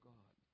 God